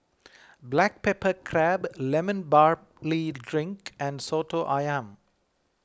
Black Pepper Crab Lemon Barley Drink and Soto Ayam